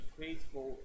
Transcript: faithful